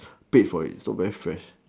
paid for it it's not very fresh